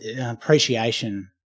appreciation